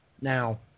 Now